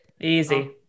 Easy